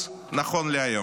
נכון להיום.